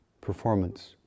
performance